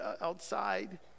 outside